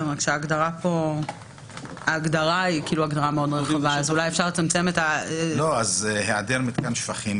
אז אולי צריך לצמצם את ההגדרה.